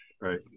Right